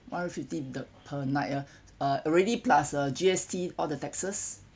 one hundred fifteen the per night ya uh already plus uh G_S_T all the taxes